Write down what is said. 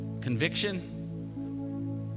conviction